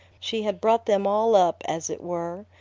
she had brought them all up, as it were,